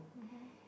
mmhmm